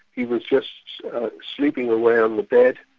he was just sleeping away on the bed',